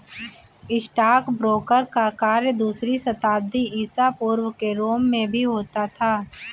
stockbroker का कार्य दूसरी शताब्दी ईसा पूर्व के रोम में भी होता था